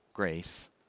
grace